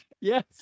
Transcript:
Yes